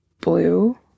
blue